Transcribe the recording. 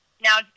now